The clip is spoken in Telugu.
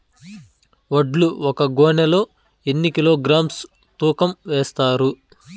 వడ్లు ఒక గోనె లో ఎన్ని కిలోగ్రామ్స్ తూకం వేస్తారు?